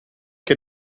che